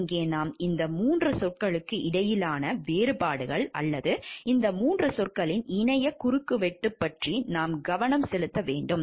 இங்கே நாம் இந்த 3 சொற்களுக்கு இடையிலான வேறுபாடுகள் அல்லது இந்த 3 சொற்களின் இணைய குறுக்குவெட்டு பற்றி நாம் கவனம் செலுத்த வேண்டும்